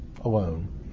alone